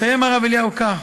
מסיים הרב אליהו כך: